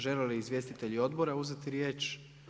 Žele li izvjestitelji odbora uzeti riječ?